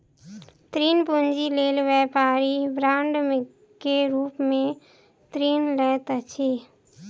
ऋण पूंजी लेल व्यापारी बांड के रूप में ऋण लैत अछि